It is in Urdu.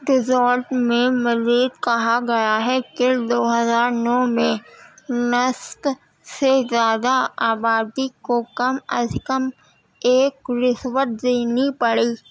تیزالٹ میں مزید کہا گیا ہے کہ دو ہزار نو میں نصت سے زیادہ آبادی کو کم از کم ایک رسوت دینی پڑی